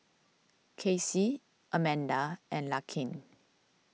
Kacy Amanda and Larkin